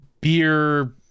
beer